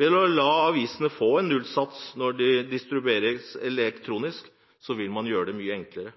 Ved å la avisene få nullsats når de distribueres elektronisk, vil man gjøre det mye enklere.